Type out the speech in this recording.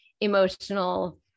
emotional